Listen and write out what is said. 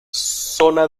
zona